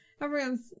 everyone's